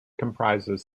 comprises